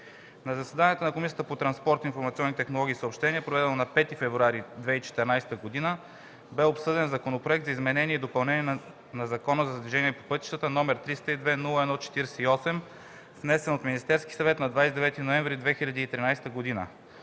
На заседанието на Комисията по транспорт, информационни технологии и съобщения, проведено на 5 февруари 2014 г., бе обсъден Законопроект за изменение и допълнение на Закона за движението по пътищата, № 302-01-48, внесен от Министерския съвет на 29 ноември 2013 г.